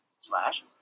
slash